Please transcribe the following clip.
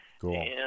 Cool